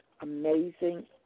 amazing